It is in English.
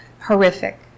horrific